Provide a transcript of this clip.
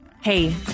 Hey